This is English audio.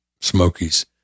Smokies